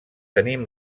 tenim